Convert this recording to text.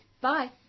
Bye